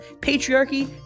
patriarchy